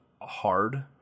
hard